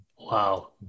Wow